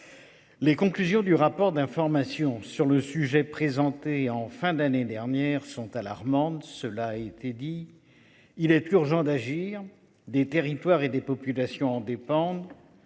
Les conclusions du rapport d'information sur le sujet présenté en fin d'année dernière sont alarmantes. Cela a été dit. Il est urgent d'agir des territoires et des populations en dépendent.